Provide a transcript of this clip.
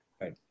right